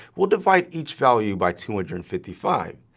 we'll divide each value by two hundred and fifty five.